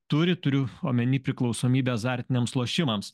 turi turiu omenyj priklausomybę azartiniams lošimams